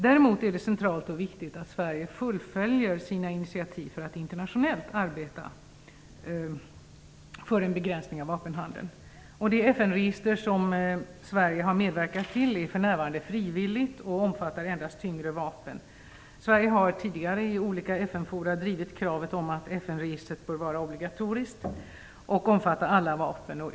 Däremot är det centralt och viktigt att Sverige fullföljer sina initiativ för att internationellt arbeta för en begränsning av vapenhandeln. Det FN-register som Sverige har medverkat till är för närvarande frivilligt och omfattar endast tyngre vapen. Sverige har tidigare i olika FN-forum drivit kravet om att FN-registret bör vara obligatoriskt och omfatta alla vapen.